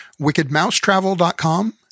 wickedmousetravel.com